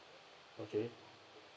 okay